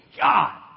God